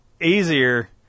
easier